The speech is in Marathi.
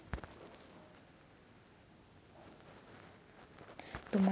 तुम्हाला माहिती आहे का की चीन आता जगातील सर्वात मोठा संरक्षण बजेट खर्च करतो?